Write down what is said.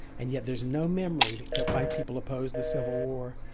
and yet there's no memory that white people opposed the civil war.